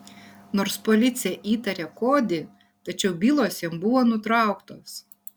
nors policija įtarė kodį tačiau bylos jam buvo nutrauktos